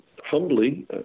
humbly